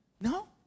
No